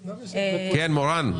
מורן,